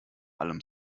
allem